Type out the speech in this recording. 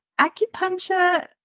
acupuncture